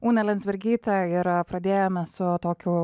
ūna lansbergytė ir pradėjome su tokiu